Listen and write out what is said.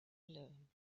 alone